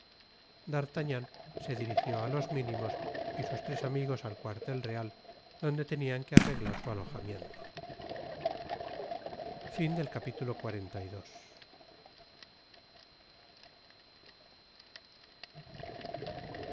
d'artagnan se dirigió á los minimos y sus tres amigos al cuartel real donde tenian que arreglar su alojamiento